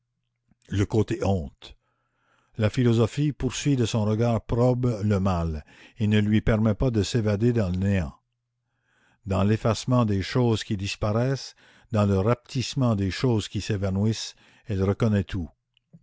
le côté honte la philosophie poursuit de son regard probe le mal et ne lui permet pas de s'évader dans le néant dans l'effacement des choses qui disparaissent dans le rapetissement des choses qui s'évanouissent elle reconnaît tout